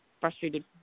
frustrated